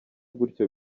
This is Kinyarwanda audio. gutyo